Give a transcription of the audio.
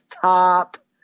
top